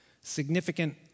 Significant